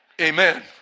Amen